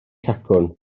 cacwn